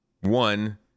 one